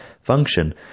function